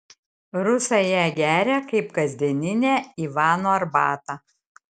rusai ją geria kaip kasdieninę ivano arbatą